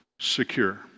secure